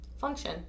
function